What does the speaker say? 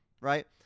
right